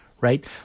right